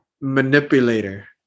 Manipulator